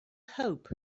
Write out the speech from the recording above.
hope